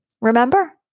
Remember